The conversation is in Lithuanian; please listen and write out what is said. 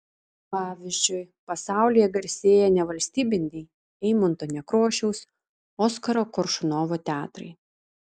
pavyzdžiui pasaulyje garsėja nevalstybiniai eimunto nekrošiaus oskaro koršunovo teatrai